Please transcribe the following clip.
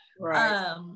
Right